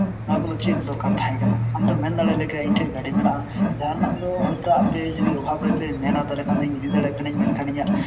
ᱱᱚᱣᱟ ᱠᱚᱫᱚ ᱪᱮᱫ ᱫᱚᱠᱟᱨ ᱛᱟᱦᱮᱠᱟᱱᱟ ᱟᱢ ᱛᱚᱢ ᱢᱮᱱ ᱫᱟᱲᱮᱭᱟᱞᱮ ᱠᱮᱭᱟ ᱤᱧ ᱴᱷᱮᱡ ᱜᱟᱹᱰᱤ ᱢᱮᱱᱟᱜᱼᱟ ᱡᱟᱦᱟᱱᱟᱜ ᱫᱚ ᱟᱯᱮ ᱦᱳᱭᱛᱳ ᱚᱵᱷᱟᱵ ᱨᱮᱯᱮ ᱢᱮᱱᱟ ᱛᱟᱦᱞᱮᱠᱷᱟᱱ ᱤᱧ ᱫᱚ ᱵᱩᱡ ᱫᱟᱲᱮᱭᱟᱜ ᱠᱟᱹᱱᱟᱹᱧ ᱢᱮᱱᱠᱷᱟᱱ ᱤᱧᱟᱹᱜ